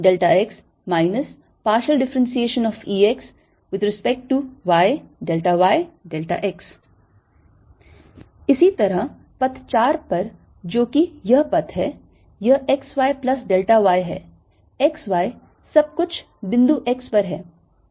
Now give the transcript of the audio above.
3 ExX ExxyX Ex∂yYX इसी तरह पथ 4 पर जो कि यह पथ है यह x y plus delta y है x y सब कुछ बिंदु x पर है